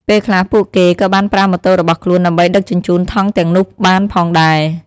ពេលខ្លះពួកគេក៏បានប្រើម៉ូតូរបស់ខ្លួនដើម្បីដឹកជញ្ជូនថង់ទាំងនោះបានផងដែរ។